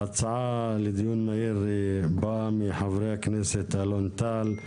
ההצעה לדיון מהיר בא מחברי הכנסת אלון טל,